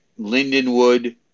Lindenwood